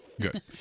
Good